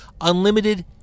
Unlimited